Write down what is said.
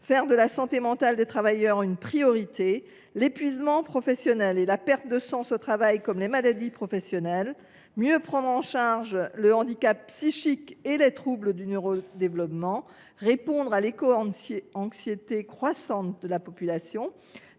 faire de la santé mentale des travailleurs une priorité et de reconnaître l’épuisement professionnel et la perte de sens au travail comme maladies professionnelles ; de mieux prendre en charge le handicap psychique et les troubles du neurodéveloppement ; de répondre à l’éco anxiété croissante de la population